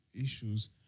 issues